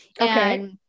Okay